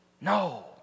No